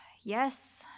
Yes